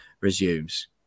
resumes